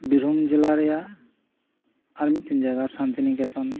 ᱵᱤᱨᱵᱷᱩᱢ ᱡᱮᱞᱟ ᱨᱮᱭᱟᱜ ᱟᱨ ᱢᱤᱜᱴᱮᱱ ᱡᱟᱭᱜᱟ ᱥᱟᱱᱛᱤᱱᱤᱠᱮᱛᱚᱱ